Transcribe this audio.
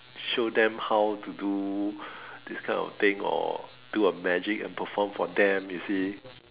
show them how to do this kind of thing or do a magic and perform for them you see